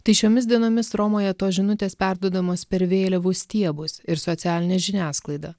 tai šiomis dienomis romoje tos žinutės perduodamos per vėliavų stiebus ir socialinę žiniasklaidą